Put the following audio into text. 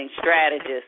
strategist